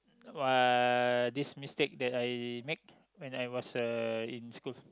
uh this mistake that I make when I was uh in school